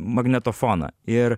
magnetofoną ir